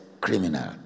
criminal